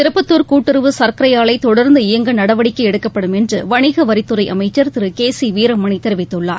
திருப்பத்தூர் கூட்டுறவு சர்க்கரை ஆலை தொடர்ந்து இயங்க நடவடிக்கை எடுக்கப்படும் என்று வணிக வரித்துறை அமைச்சர் திரு கே சி வீரமணி தெரிவித்துள்ளார்